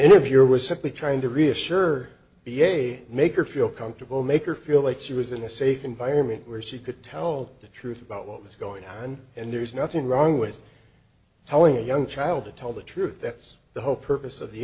interviewer was simply trying to reassure be a make her feel comfortable make or feel like she was in a safe environment where she could tell the truth about what was going on and there's nothing wrong with telling a young child to tell the truth that's the whole purpose of the